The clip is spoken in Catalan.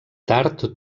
tard